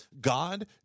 God